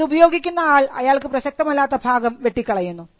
ഇത് ഉപയോഗിക്കുന്ന ആൾ അയാൾക്ക് പ്രസക്തമല്ലാത്ത ഭാഗം വെട്ടി കളയുന്നു